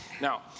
Now